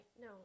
No